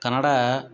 Kannada